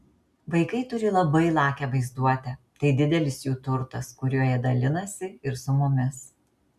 vaikai turi labai lakią vaizduotę tai didelis jų turtas kuriuo jie dalinasi ir su mumis